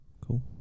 Cool